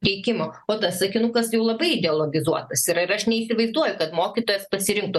teikimo o tas sakinukas jau labai ideologozuotas yra ir aš neįsivaizduoju kad mokytojas pasirinktų